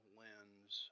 lens